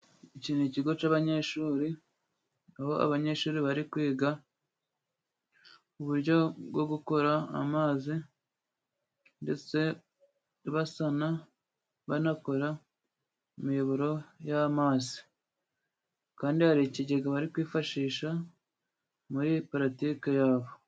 Iki ni ikigo cy'abanyeshuri ,aho abanyeshuri bari kwiga uburyo bwo gukora amazi, ndetse basana banakora imiyoboro y'amazi ,kandi hari ikigega bari kwifashisha muri paratiki yabo.